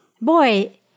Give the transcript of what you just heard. boy